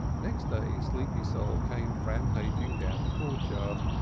next day sleepy sol came rampaging down the courtyard.